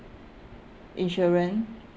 insurance